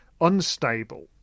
unstable